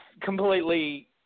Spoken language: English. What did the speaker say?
completely